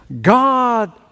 God